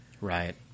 Right